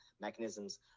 mechanisms